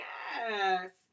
Yes